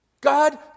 God